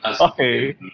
Okay